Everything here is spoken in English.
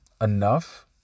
enough